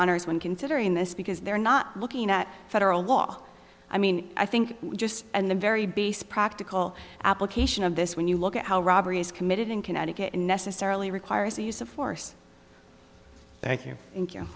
honor's when considering this because they're not looking at federal law i mean i think just and the very base practical application of this when you look at how robbery is committed in connecticut unnecessarily requires the use of force